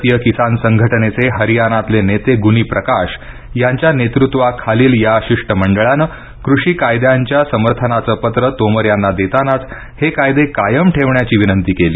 भारतीय किसान संघटनेचे हरीयानातले नेते गुनी प्रकाश यांच्या नेतृत्वाखालील या शिष्टमंडळानं कृषीकायद्यांच्या समर्थनाचं पत्र तोमर यांना देतानाच हे कायदे कायम ठेवण्याची विनंती केली